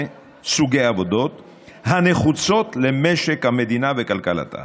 סוגי עבודות הנחוצות למשק המדינה וכלכלתה